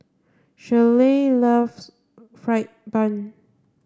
Shirlie loves fried bun